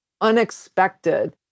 Unexpected